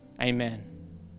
Amen